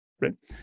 right